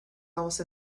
almost